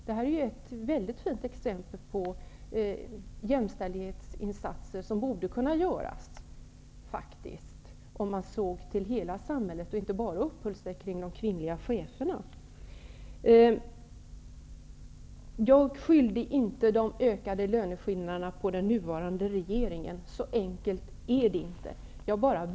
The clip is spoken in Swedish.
Det här är ett väldigt fint exempel på jämställdhetsinsatser som faktiskt borde kunna göras sett till hela samhället och inte bara till de kvinnliga cheferna. Jag skyllde inte de ökade löneskillnaderna på den nuvarande regeringen. Så enkelt är det inte.